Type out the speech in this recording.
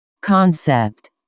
Concept